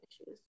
issues